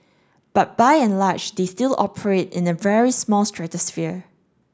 but by and large they still operate in a very small stratosphere